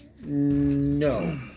No